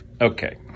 Okay